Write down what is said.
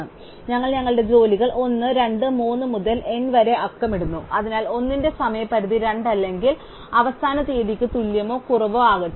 അതിനാൽ ഞങ്ങൾ ഞങ്ങളുടെ ജോലികൾ 1 2 3 മുതൽ n വരെ അക്കമിടുന്നു അതിനാൽ 1 ന്റെ സമയപരിധി 2 അല്ലെങ്കിൽ അവസാന തീയതിക്ക് തുല്യമോ കുറവോ ആകട്ടെ